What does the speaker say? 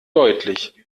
deutlich